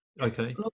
Okay